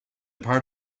part